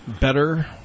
better